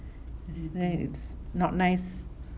then it's not nice